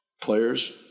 players